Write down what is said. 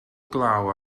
glaw